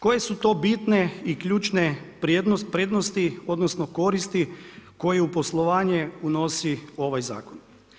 Koje su to bitne i ključne prednosti odnosno koristi koje u poslovanje unosi ovaj zakon?